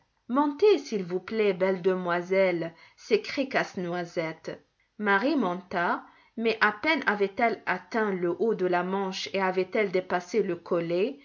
montez s'il vous plaît belle demoiselle s'écrit casse-noisette marie monta mais à peine avait-elle atteint le haut de la manche et avait-elle dépassé le